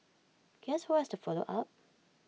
guess who has to follow up